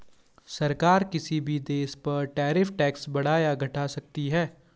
सरकार किसी भी देश पर टैरिफ टैक्स बढ़ा या घटा सकती है